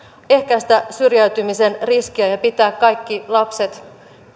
ehkäistä syrjäytymisen riskiä pitää kaikki lapset